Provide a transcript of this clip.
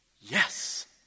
Yes